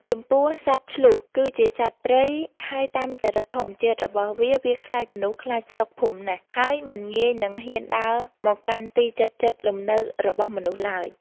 ចំពោះ សត្វឈ្លូស គឺជាសត្វព្រៃ ហើយតាមចរិតធម្មជាតិរបស់វា វាខ្លាចមនុស្សខ្លាចស្រុកភូមិណាស់ ហើយមិនងាយនិងហ៊ានដើរមកកាន់ទីជិតៗលំនៅរបស់មនុស្សឡើយ។